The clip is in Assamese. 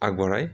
আগবঢ়ায়